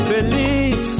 Feliz